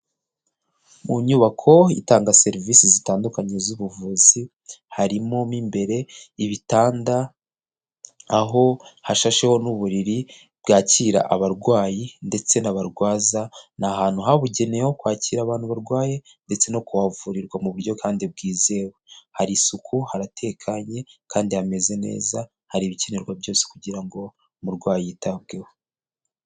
Mu nyubako itanga serivisi zitandukanye z'ubuvuzi, harimo mu imbere ibitanda aho hashasheho n'uburiri bwakira abarwayi ndetse n'abarwaza. Ni ahantu habugenewe ho kwakira abantu barwaye ndetse no kuhavurirwa mu buryo kandi bwizewe, hari isuku haratekanye kandi hameze neza, hari ibikenerwa byose kugira ngo umurwayi yitabweho.